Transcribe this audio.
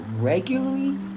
regularly